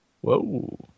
Whoa